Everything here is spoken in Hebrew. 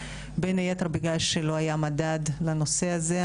בין היתר בגלל שלא היה מדד לנושא הזה.